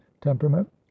temperament